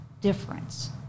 difference